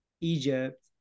Egypt